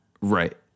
Right